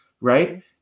right